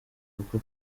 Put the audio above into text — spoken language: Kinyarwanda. bwo